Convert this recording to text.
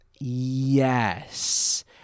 Yes